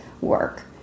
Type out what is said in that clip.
work